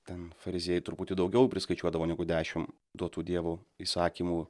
ten fariziejai truputį daugiau priskaičiuodavo negu dešim duotų dievo įsakymų